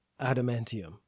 adamantium